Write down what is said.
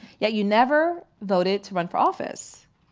yet you never voted to run for office